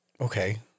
Okay